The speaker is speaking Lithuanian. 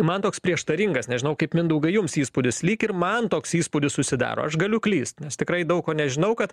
man toks prieštaringas nežinau kaip mindaugai jums įspūdis lyg ir man toks įspūdis susidaro aš galiu klyst nes tikrai daug ko nežinau kad